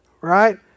right